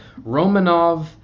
Romanov